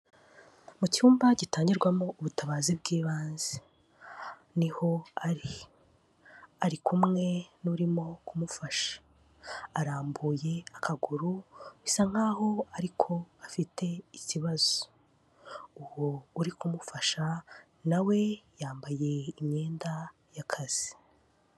Mu cyumba gitangirwamo ubutabazi bw'ibanze, niho ari, ari kumwe n'urimo kumufasha arambuye akaguru bisa nk'aho ariko afite ikibazo, uwo uri kumufasha nawe yambaye imyenda y'akazi.